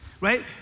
Right